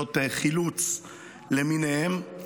יחידות חילוץ למיניהן.